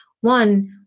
One